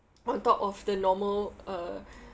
on top of the normal uh